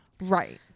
right